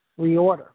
reorder